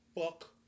fuck